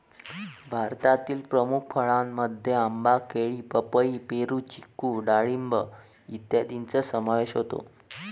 भारतातील प्रमुख फळांमध्ये आंबा, केळी, पपई, पेरू, चिकू डाळिंब इत्यादींचा समावेश होतो